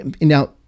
now